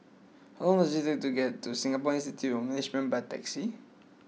how long does it take to get to Singapore Institute of Management by taxi